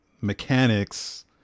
mechanics